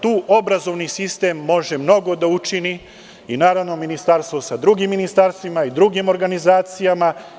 Tu obrazovni sistem može mnogo da učini i ministarstvo sa drugim ministarstvima i drugim organizacijama.